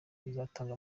uzatanga